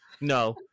No